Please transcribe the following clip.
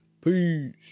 Peace